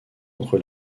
entre